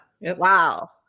Wow